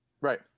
Right